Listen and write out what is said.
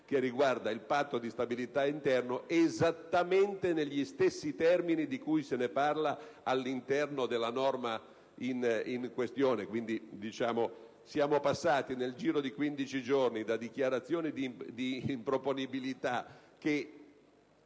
che riguarda il Patto di stabilità interno esattamente negli stessi termini con cui se ne parla all'interno della norma in questione. Pertanto, nel giro di 15 giorni, siamo passati da dichiarazioni di improponibilità che